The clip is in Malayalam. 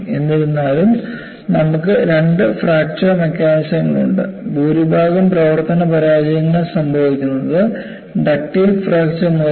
എന്നിരുന്നാലും നമുക്ക് രണ്ട് ഫ്രാക്ചർ മെക്കാനിസങ്ങളുണ്ട് ഭൂരിഭാഗം പ്രവർത്തന പരാജയങ്ങളും സംഭവിക്കുന്നത് ഡക്റ്റൈൽ ഫ്രാക്ചർ മൂലമാണ്